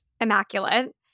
immaculate